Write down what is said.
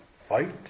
fight